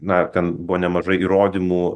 na ten buvo nemažai įrodymų